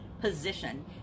position